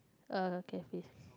uh cafes